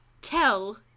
tell